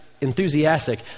enthusiastic